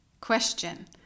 question